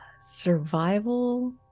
survival